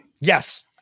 Yes